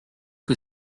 que